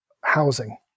housing